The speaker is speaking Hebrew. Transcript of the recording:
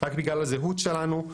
רק בגלל הזהות שלנו,